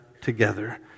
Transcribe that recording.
together